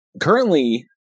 Currently